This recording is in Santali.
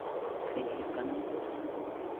ᱟᱹᱠᱷᱨᱤᱧ ᱦᱩᱭᱩᱜ ᱠᱟᱱᱟ